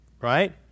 Right